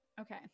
okay